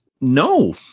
No